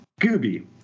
Gooby